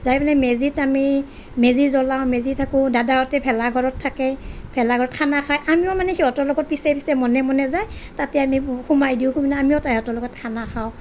যাই পেলাই মেজিত আমি মেজি জ্বলাওঁ মেজি থাকোঁ দাদাহঁতে ভেলাঘৰত থাকে ভেলাঘৰত খানা খাই আমিও মানে সিহঁতৰ লগত পিছে পিছে মনে মনে যাই তাতে আমি সোমাই দিওঁ মানে আমিও তাহাঁতৰ লগত খানা খাওঁ